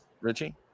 Richie